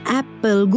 Apple